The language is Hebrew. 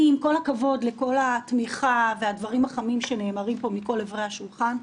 עם כל הכבוד לכל התמיכה והדברים החמים שנאמרים פה מכל עברי השולחן,